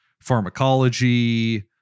pharmacology